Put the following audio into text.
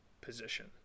position